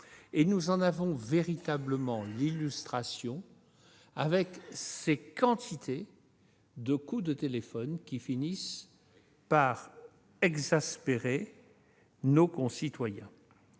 Nous en avons véritablement l'illustration avec ces quantités de coups de téléphone qui finissent par exaspérer nos concitoyens.